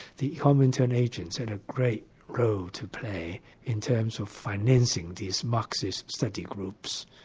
the comintern agents had a great role to play in terms of financing these marxist study groups,